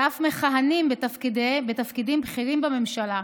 שאף מכהנים בתפקידים בכירים בממשלה,